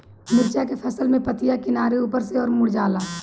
मिरचा के फसल में पतिया किनारे ऊपर के ओर मुड़ जाला?